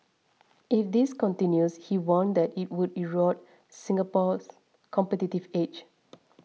if this continues he warned that it would erode Singapore's competitive edge